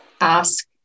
ask